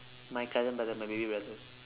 my cousin brother my baby brother